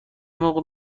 موقع